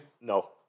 No